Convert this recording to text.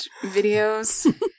videos